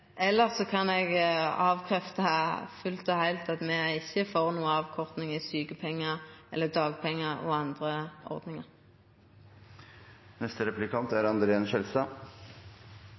kan eg avkrefta fullt og heilt at me er for avkorting av sjukepengar eller dagpengar og andre ordningar. SV er